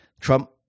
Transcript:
Trump